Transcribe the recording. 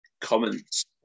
comments